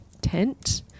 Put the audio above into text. tent